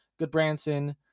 Goodbranson